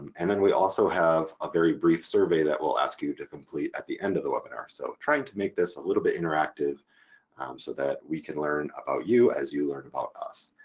and then we also have a very brief survey that will ask you to complete at the end of the webinar, so trying to make this a little bit interactive so that we can learn about you as you learn about us.